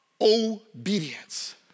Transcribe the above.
obedience